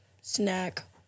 Snack